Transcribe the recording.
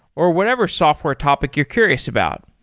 or whatever software topic you're curious about.